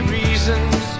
reasons